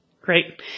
Great